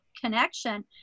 connection